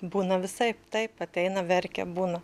būna visaip taip ateina verkia būna